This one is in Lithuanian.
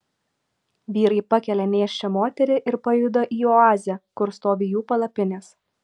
vyrai pakelia nėščią moterį ir pajuda į oazę kur stovi jų palapinės